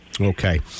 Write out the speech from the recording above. Okay